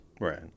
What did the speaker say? Right